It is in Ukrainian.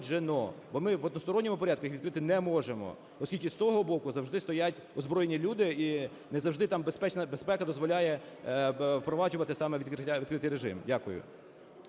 узгоджено, бо ми в односторонньому порядку їх здійснити не можемо, оскільки з того боку завжди стоять озброєні люди, і не завжди там безпечна безпека дозволяє впроваджувати саме відкритий режим. Дякую.